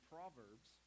Proverbs